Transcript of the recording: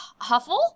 Huffle